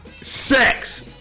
Sex